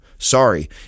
Sorry